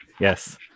Yes